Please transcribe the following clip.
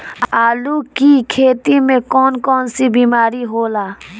आलू की खेती में कौन कौन सी बीमारी होला?